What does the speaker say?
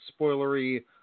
spoilery